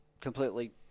completely